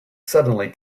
suddenly